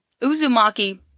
Uzumaki